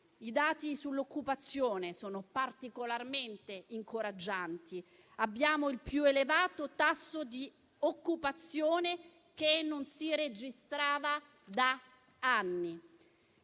I dati sull'occupazione sono particolarmente incoraggianti, abbiamo il più elevato tasso di occupazione che non si registrava da anni.